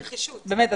באמת,